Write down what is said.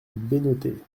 bénodet